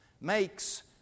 makes